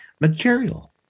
material